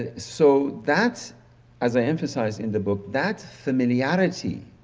ah so, that's as i emphasized in the book, that familiarity